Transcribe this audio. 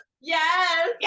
yes